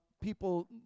people